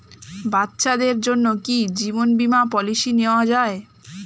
বাচ্চাদের জন্য কি জীবন বীমা পলিসি নেওয়া যায়?